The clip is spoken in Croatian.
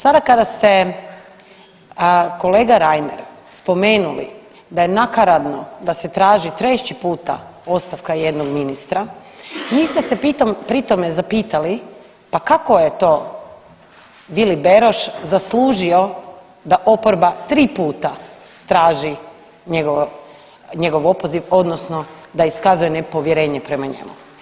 Sada kada ste kolega Reiner spomenuli da je nakaradno da se traži treći puta ostavka jednog ministra niste se pritom zapitali pa kako je to Vili Beroš zaslužio da oporba tri puta traži njegovo, njegov opoziv odnosno da iskazuje nepovjerenje prema njemu.